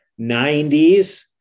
90s